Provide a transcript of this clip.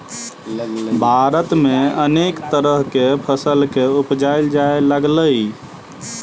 भारत में अनेक तरह के फसल के उपजाएल जा लागलइ